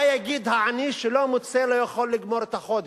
מה יגיד העני שלא יכול לגמור את החודש?